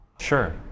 Sure